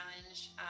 challenge